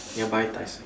nearby